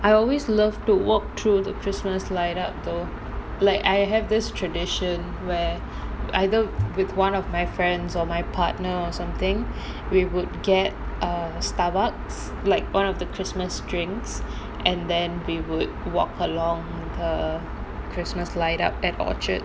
I always love to walk through the christmas light up though like I have this tradition where either with one of my friends or my partner or something we would get a Starbucks like one of the christmas drinks and then we would walk along the christmas light up at orchard